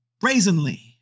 brazenly